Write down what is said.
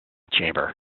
chamber